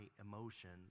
emotions